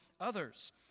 others